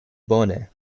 bone